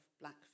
black